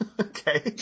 okay